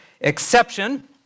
exception